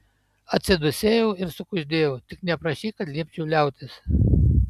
atsidūsėjau ir sukuždėjau tik neprašyk kad liepčiau liautis